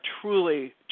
truly